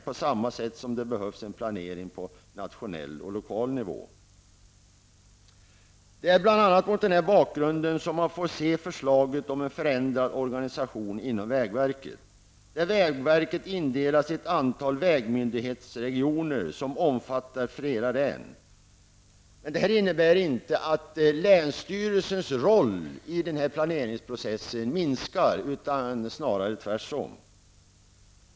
På samma sätt behövs en planering på nationell och lokal nivå. Det är bl.a. mot den här bakgrunden som man skall se förslaget om en förändrad organisation inom vägverket. Vägverket indelas i ett antal vägmyndighetsregioner omfattande flera län. Det innebär inte att länsstyrelsens roll i planeringsprocessen minskar -- snarare tvärtom.